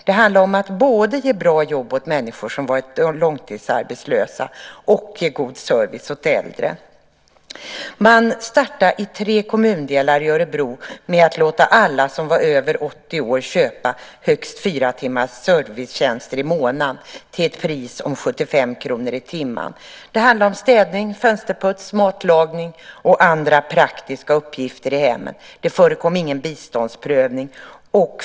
Det handlade om att både ge bra jobb åt människor som varit långtidsarbetslösa och ge god service åt äldre. Man startade i tre kommundelar i Örebro med att låta alla som var över 80 år köpa högst fyra timmars servicetjänster i månaden till ett pris av 75 kr i timmen. Det handlade om städning, fönsterputs, matlagning och andra praktiska uppgifter i hemmen. Det förekom ingen biståndsprövning.